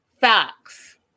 Facts